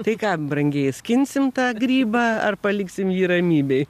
tai ką brangieji skinsim tą grybą ar paliksim jį ramybėj